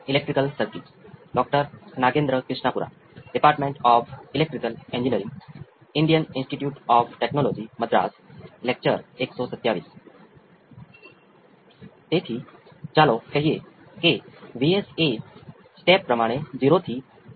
હવે તમે સાઇનુંસોઇડલ સિસ્ટમના કુલ રિસ્પોન્સને ધ્યાનમાં લઈ શકો છો